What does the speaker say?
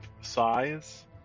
size